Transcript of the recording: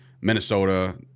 Minnesota